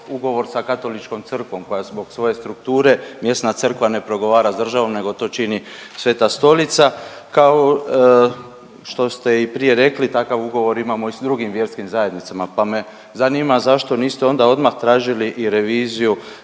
ugovor sa Katoličkom crkvom koja zbog svoje strukture, mjesna crkva ne progovara s državom nego to čini Sveta Stolica. Kao što ste i prije rekli takav ugovor imamo i s drugim vjerskim zajednicama, pa me zanima zašto niste onda odmah tražili i reviziju